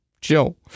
chill